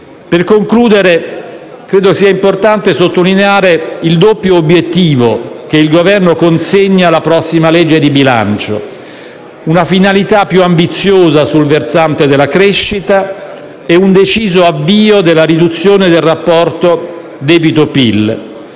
Per concludere, credo sia importante sottolineare il doppio obiettivo che il Governo consegna alla prossima legge di bilancio: una finalità più ambiziosa sul versante della crescita e un deciso avvio della riduzione del rapporto debito/PIL.